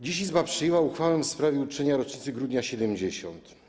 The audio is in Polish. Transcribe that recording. Dziś Izba przyjęła uchwałę w sprawie uczczenia rocznicy Grudnia ’70.